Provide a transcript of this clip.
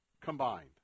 combined